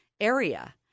area